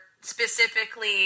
specifically